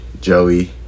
Joey